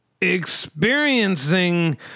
experiencing